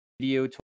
video